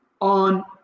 on